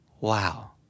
Wow